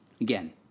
again